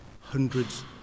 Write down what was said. hundreds